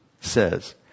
says